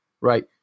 right